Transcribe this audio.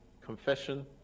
Confession